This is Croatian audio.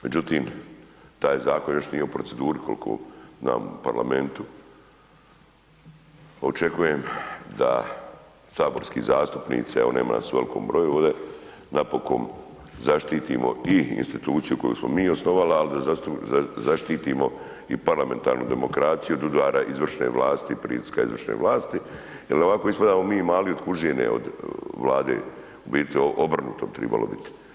Međutim, taj zakon još nije u proceduri kolko znam u parlamentu, očekujem da saborski zastupnici, evo nema nas u velkom broju ovde napokon zaštitimo i instituciju koju smo mi osnovali al da zaštitimo i parlamentarnu demokraciju od udara izvršne vlasti, pritiska izvršne vlasti jel ovako ispadamo mi mali od kužine od vlade u biti obrnuto bi trebao biti.